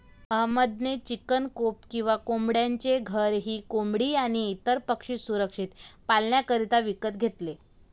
अहमद ने chicken coop किंवा कोंबड्यांचे घर ही कोंबडी आणी इतर पक्षी सुरक्षित पाल्ण्याकरिता विकत घेतले